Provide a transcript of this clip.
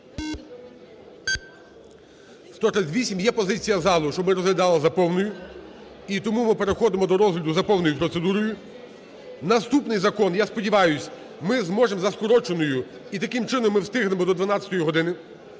За-138 138. Є позиція залу, щоб ми розглядали за повною і тому ми переходимо до розгляду за повною процедурою. Наступний закон, я сподіваюсь, ми зможемо за скороченою і таким чином ми встигнемо до 12 години.